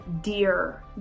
dear